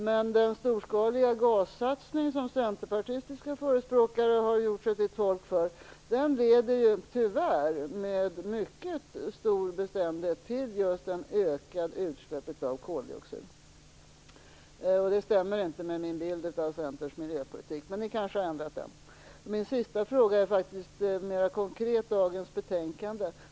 Men den storskaliga gassatsning som centerpartistiska förespråkare har gjort sig till tolk för leder ju tyvärr, med mycket stor bestämdhet, till just ökade utsläpp av koldioxid. Det stämmer inte med min bild av Centerns miljöpolitik, men man kanske har ändrat den. Min tredje fråga hör mera konkret till dagens betänkande.